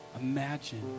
Imagine